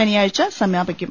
ശനിയാഴച സമാപിക്കും